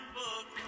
book